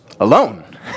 Alone